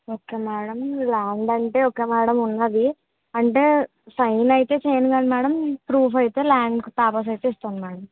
okay madam land అంటే okay madam ఉన్నది అంటే సైన్ అయితే చేయను కానీ మేడం ప్రూఫ్ అయితే ల్యాండ్ పేపర్స్ అయితే ఇస్తాను మేడం